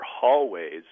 hallways